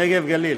נגב גליל.